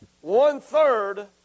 one-third